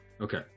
Okay